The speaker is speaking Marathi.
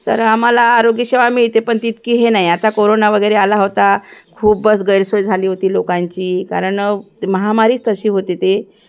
तर आम्हाला आरोग्यसेवा मिळते पण तितकी हे नाही आता कोरोना वगैरे आला होता खूपच गैरसोय झाली होती लोकांची कारण महामारीच तशी होते ते